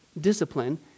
discipline